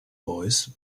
boys